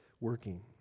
working